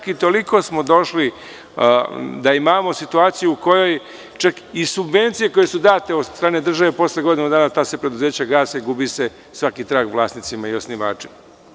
Došli smo do toga da imamo situaciju u kojoj čak i subvencije koje su date od strane države, posle godinu dana ta se preduzeća gase i gubi se svaki trag vlasnicima i osnivačima.